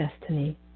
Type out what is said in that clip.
destiny